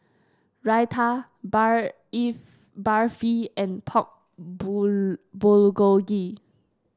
Raita Barfi and Pork